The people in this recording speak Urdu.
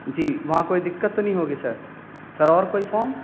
جی وہاں کوئی دقت تو نہیں ہوگی سر سر اور کوئی فام